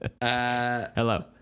hello